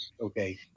okay